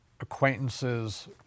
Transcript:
acquaintances